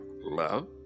love